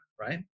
right